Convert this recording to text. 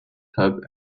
hub